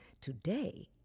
today